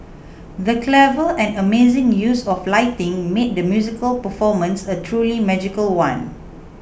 the clever and amazing use of lighting made the musical performance a truly magical one